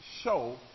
show